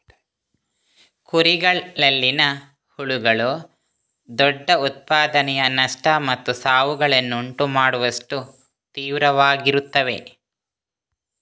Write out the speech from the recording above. ಕುರಿಗಳಲ್ಲಿನ ಹುಳುಗಳು ದೊಡ್ಡ ಉತ್ಪಾದನೆಯ ನಷ್ಟ ಮತ್ತು ಸಾವುಗಳನ್ನು ಉಂಟು ಮಾಡುವಷ್ಟು ತೀವ್ರವಾಗಿರುತ್ತವೆ